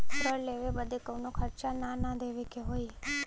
ऋण लेवे बदे कउनो खर्चा ना न देवे के होई?